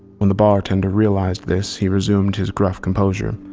when the bartender realized this he resumed his gruff composure,